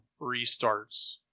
restarts